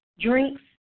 drinks